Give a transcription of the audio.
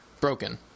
broken